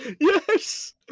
Yes